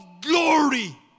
glory